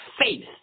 faith